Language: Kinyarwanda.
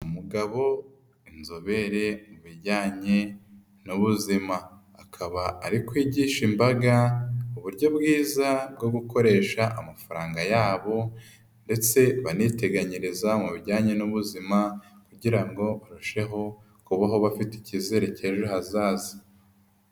Umugabo, inzobere mu bijyanye n'ubuzima, akaba ari kwigisha imbaga uburyo bwiza bwo gukoresha amafaranga yabo ndetse baniteganyiriza mu bijyanye n'ubuzima kugira ngo barusheho kubaho bafite icyizere cy'ejo hazaza.